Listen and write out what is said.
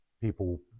people